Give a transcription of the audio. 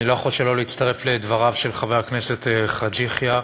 אני לא יכול שלא להצטרף לדבריו של חבר הכנסת חאג' יחיא.